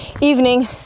evening